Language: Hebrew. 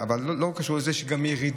אבל בלי קשר לזה יש גם ירידה.